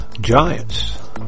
Giants